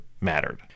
mattered